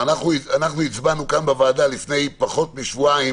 לפני פחות משבועיים